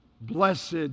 Blessed